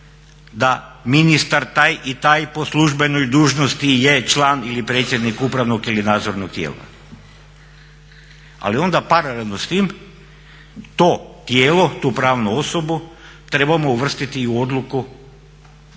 da ministar taj i taj po službenoj dužnosti je član ili predsjednik upravnog ili nadzornog tijela, ali onda paralelno s tim to tijelo, tu pravnu osobu trebamo uvrstiti i u odluku koja